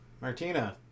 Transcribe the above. Martina